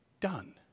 done